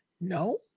No